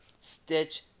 Stitch